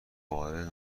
وارد